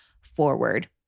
forward